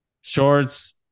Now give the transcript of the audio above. shorts